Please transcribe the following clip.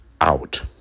out